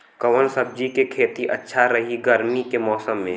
कवना सब्जी के खेती अच्छा रही गर्मी के मौसम में?